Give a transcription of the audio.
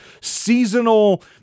seasonal